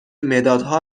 مدادها